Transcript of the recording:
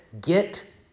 get